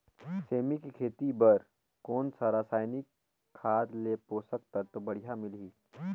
सेमी के खेती बार कोन सा रसायनिक खाद ले पोषक तत्व बढ़िया मिलही?